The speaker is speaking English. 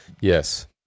Yes